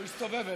הוא הסתובב אליך.